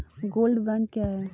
Gold bond क्या है?